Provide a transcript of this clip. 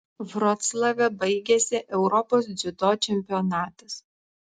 vroclave baigėsi europos dziudo čempionatas